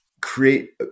create